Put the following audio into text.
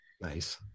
Nice